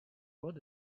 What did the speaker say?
got